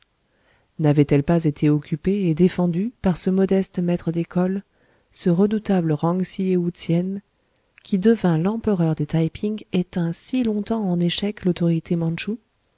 n'avait-elle pas été occupée et défendue par ce modeste maître d'école ce redoutable rong siéou tsien qui devint l'empereur des taï ping et tint si longtemps en échec l'autorité mantchoue